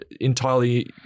entirely